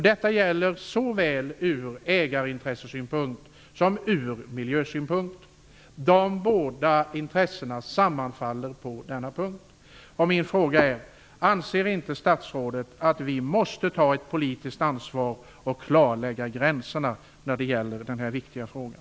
Detta gäller såväl från ägarintressesynpunkt som från miljösynpunkt. De båda intressena sammanfaller på denna punkt. Min fråga är: Anser inte statsrådet att vi måste ta ett politiskt ansvar och klarlägga gränserna i den här viktiga frågan?